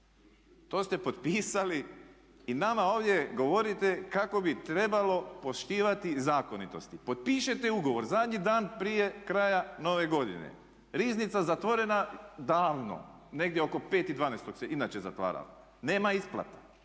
To ste potpisali i nama ovdje govorite kako bi trebalo poštivati zakonitosti. Potpišete ugovor zadnji dan prije kraja nove godine, Riznica zatvorena davno, negdje oko 5.12. se inače zatvara, nema isplata